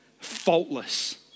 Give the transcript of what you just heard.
faultless